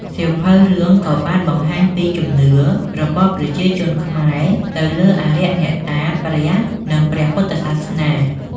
សៀវភៅរឿងក៏បានបង្ហាញពី ជំនឿ របស់ប្រជាជនខ្មែរទៅលើអារក្ស អ្នកតា ព្រះ និងព្រះពុទ្ធសាសនា។